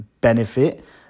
benefit